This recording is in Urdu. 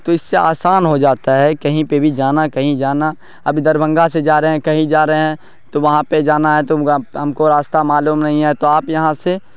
تو اس سے آسان ہو جاتا ہے کہیں پہ بھی جانا کہیں جانا اب دربھنگہ سے جا رہے ہیں کہیں جا رہے ہیں تو وہاں پہ جانا ہے تم ہم کو راستہ معلوم نہیں ہے تو آپ یہاں سے